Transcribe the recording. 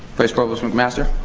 vice provost mcmaster?